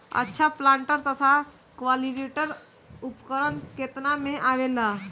अच्छा प्लांटर तथा क्लटीवेटर उपकरण केतना में आवेला?